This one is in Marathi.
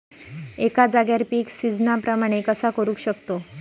एका जाग्यार पीक सिजना प्रमाणे कसा करुक शकतय?